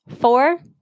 four